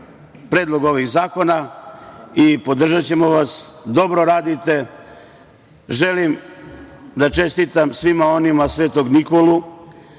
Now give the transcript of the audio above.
predlog ovih zakona. Podržaćemo vas. Dobro radite. Želim da čestitam svima koji slave Svetog Nikolu,